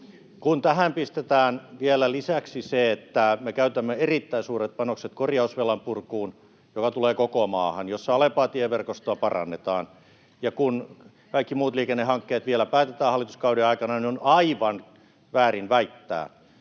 Kun tähän pistetään vielä lisäksi se, että me käytämme erittäin suuret panokset korjausvelan purkuun, joka tulee koko maahan ja jossa alempaa tieverkostoa parannetaan, ja kaikki muut liikennehankkeet, joista vielä päätetään hallituskauden aikana, niin on aivan väärin väittää,